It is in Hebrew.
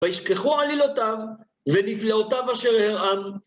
וישכחו עלילותיו, ונפלאותיו אשר הרען.